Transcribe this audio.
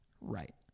Right